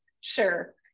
sure